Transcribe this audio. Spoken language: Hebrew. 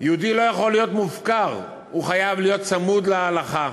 לא יכול להיות מופקר, הוא חייב להיות צמוד להלכה.